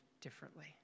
differently